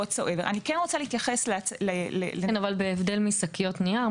אבל בהבדל משקיות נייר,